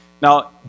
Now